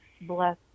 bless